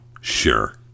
sure